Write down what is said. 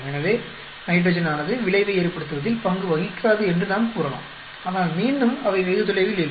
எனவே நைட்ரஜனானது விளைவை ஏற்படுத்துவதில் பங்கு வகிக்காது என்று நாம் கூறலாம் ஆனால் மீண்டும் அவை வெகு தொலைவில் இல்லை